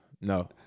No